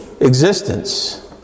existence